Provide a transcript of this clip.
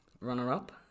Runner-up